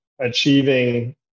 achieving